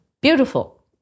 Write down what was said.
Beautiful